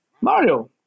Mario